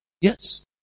Yes